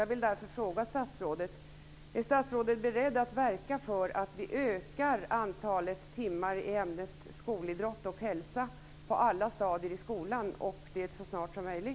Jag vill därför fråga statsrådet: Är statsrådet beredd att verka för att antalet timmar i ämnet idrott och hälsa ökas så snart som möjligt på alla stadier i skolan?